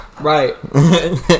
Right